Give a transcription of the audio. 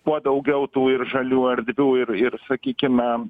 kuo daugiau tų ir žalių erdvių ir ir sakykime